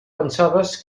pensaves